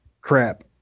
crap